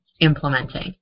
implementing